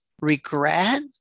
regret